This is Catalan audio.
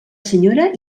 senyora